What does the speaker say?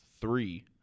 three